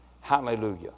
Hallelujah